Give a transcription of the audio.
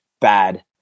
bad